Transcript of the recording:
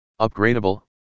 Upgradable